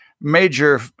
major